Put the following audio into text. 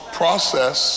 process